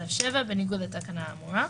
שלום.